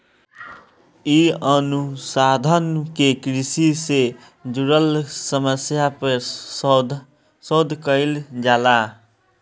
इ अनुसंधान में कृषि से जुड़ल समस्या पे शोध कईल जाला